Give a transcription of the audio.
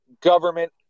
government